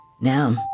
Now